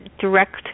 direct